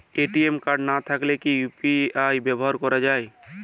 ATM card না থাকলে কি ইউ.পি.আই ব্যবহার করা য়ায়?